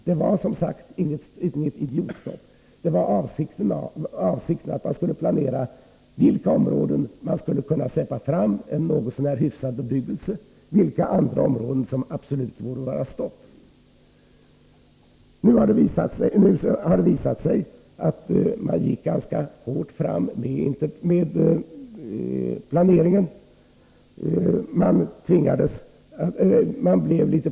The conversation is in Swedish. Det var som sagt inte fråga om något idiotstopp, utan avsikten var att man skulle fastställa i planer vilka områden som skulle kunna frisläppas för en något så när hyfsad bebyggelse och för vilka andra områden man borde införa ett absolut förbud. Det har nu visat sig att länsstyrelserna gick ganska hårt fram i sin planering.